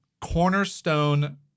cornerstone